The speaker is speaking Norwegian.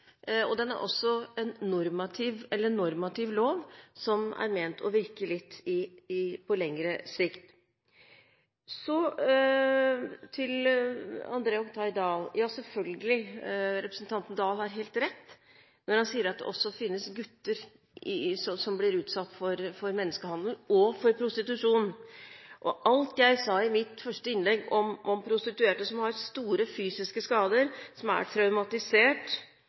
viktig. Den er også en normativ lov som er ment å virke litt på lengre sikt. Så til André Oktay Dahl: Representanten Oktay Dahl har selvfølgelig helt rett når han sier at det også finnes gutter som blir utsatt for menneskehandel og prostitusjon. Alt jeg sa i mitt første innlegg om prostituerte som har store fysiske skader, som er traumatisert,